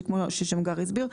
כמו ששמגר הסביר,